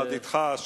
יחד אתך,